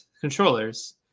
controllers